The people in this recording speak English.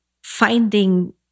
finding